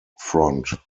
front